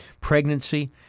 pregnancy